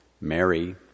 Mary